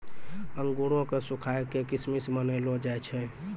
अंगूरो क सुखाय क किशमिश बनैलो जाय छै